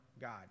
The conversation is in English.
God